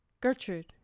Gertrude